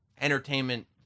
entertainment